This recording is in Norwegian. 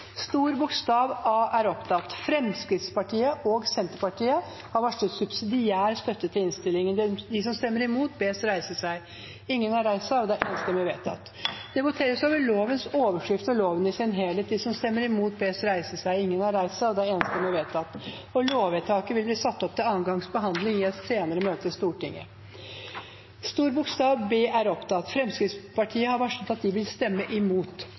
stor andel av perioden 15. mars til 1. september 2021 den ansatte har vært i arbeid. II Endringene under I trer i kraft straks.» Fremskrittspartiet og Senterpartiet har varslet subsidiær støtte til innstillingen. Det voteres over lovens overskrift og loven i sin helhet. Lovvedtaket vil bli ført opp til andre gangs behandling i et senere møte i Stortinget. Videre var innstilt: Fremskrittspartiet har varslet at de vil stemme imot.